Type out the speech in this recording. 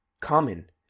common